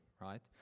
right